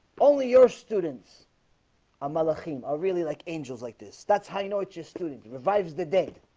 only your students a mother him are really like angels like this. that's how you know. it's your student it revives the date,